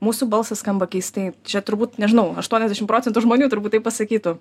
mūsų balsas skamba keistai čia turbūt nežinau aštuoniasdešimt procentų žmonių turbūt taip pasakytų